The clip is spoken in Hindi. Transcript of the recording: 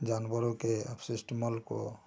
जानवरों के अपशिष्ट मल को